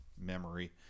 memory